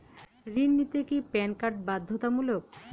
ঋণ নিতে কি প্যান কার্ড বাধ্যতামূলক?